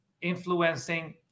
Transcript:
influencing